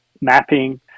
mapping